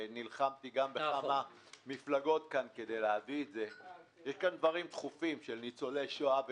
גם נלחמתי בכמה מפלגות כדי להגיד - יש כאן דברים דחופים של ניצולי שואה.